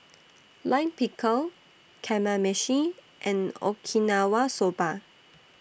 Lime Pickle Kamameshi and Okinawa Soba